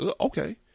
okay